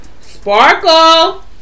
Sparkle